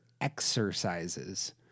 exercises